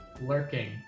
lurking